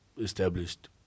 established